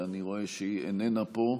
ואני רואה שהיא איננה פה.